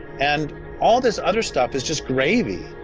and all this other stuff is just gravy.